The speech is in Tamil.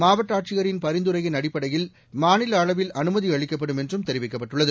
மாவட்ட ஆட்சியரின் பரிந்துரையின் அடிப்படையில் மாநில அளவில் அனுமதி அளிக்கப்படும் என்றும் தெரிவிக்கப்பட்டுள்ளது